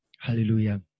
Hallelujah